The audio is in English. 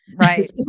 Right